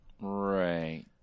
Right